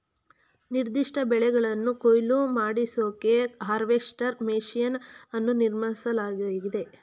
ನಿರ್ದಿಷ್ಟ ಬೆಳೆಗಳನ್ನು ಕೊಯ್ಲು ಮಾಡಿಸೋಕೆ ಹಾರ್ವೆಸ್ಟರ್ ಮೆಷಿನ್ ಅನ್ನು ನಿರ್ಮಿಸಲಾಗಿದೆ